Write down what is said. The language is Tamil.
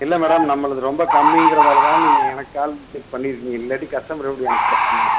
இல்லை மேடம் நம்மளுது ரொம்ப கம்மிங்கிறதால தான் நீங்கள் எனக்கு கால் செக் பண்ணியிருக்கீங்க இல்லாட்டி கஸ்டமர் எப்படி எனக்கு கிடப்பாங்க